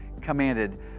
commanded